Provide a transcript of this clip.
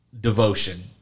devotion